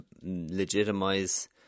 legitimize